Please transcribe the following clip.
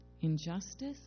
injustice